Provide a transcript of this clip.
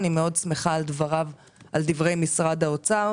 אני מאוד שמחה על דברי משרד האוצר,